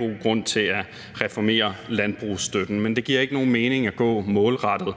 god grund til at reformere landbrugstøtten. Men det giver ikke nogen mening at gå målrettet